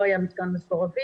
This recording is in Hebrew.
לא היה מתקן מסורבים.